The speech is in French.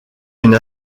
une